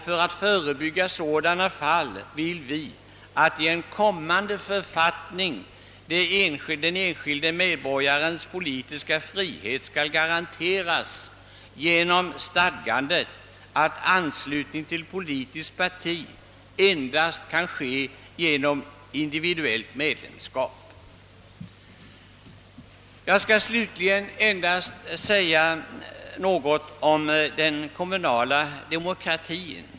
För att förebygga sådant vill vi att den enskilde medborgarens politiska frihet skall garanteras i en kommande författning genom stadgande att anslutning till politiskt parti endast kan ske genom ansökan om individuellt medlemskap. Slutligen vill jag bara säga något om den kommunala demokratien.